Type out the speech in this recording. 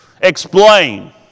Explain